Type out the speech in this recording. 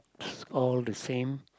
all the same